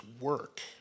work